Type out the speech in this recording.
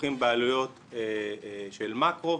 כרוכים בעלויות של מקרו,